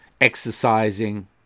exercising